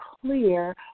clear